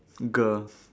girl